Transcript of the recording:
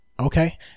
Okay